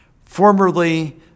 formerly